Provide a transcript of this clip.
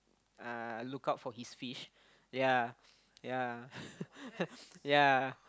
uh a lookout for his fish ya ya ya